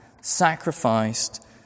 sacrificed